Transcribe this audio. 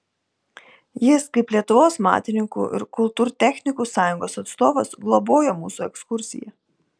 jis kaip lietuvos matininkų ir kultūrtechnikų sąjungos atstovas globojo mūsų ekskursiją